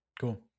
Cool